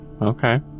okay